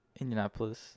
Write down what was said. Indianapolis